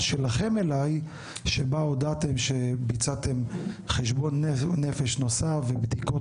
שלכם אליי שבה הודעתם שביצעתם חשבון נפש נוסף ובדיקות